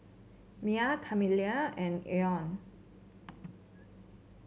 Myah Camille and Olan